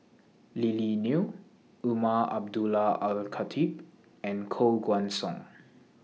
Lily Neo Umar Abdullah Al Khatib and Koh Guan Song